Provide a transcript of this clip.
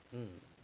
um